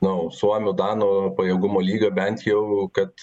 nu suomių danų pajėgumo lygio bent jau kad